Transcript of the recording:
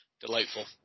Delightful